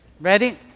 Ready